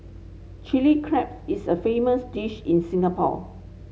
Chilli Crabs is a famous dish in Singapore